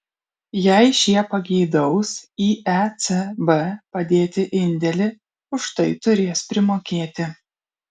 jei šie pageidaus į ecb padėti indėlį už tai turės primokėti